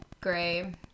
gray